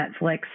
Netflix